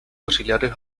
auxiliares